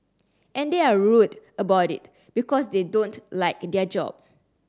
and they're rude about it because they don't like their job